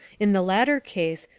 in the latter case,